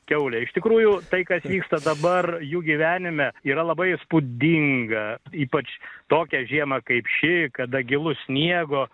kiaulė iš tikrųjų tai kas vyksta dabar jų gyvenime yra labai įspūdinga ypač tokią žiemą kaip ši kada gilu sniego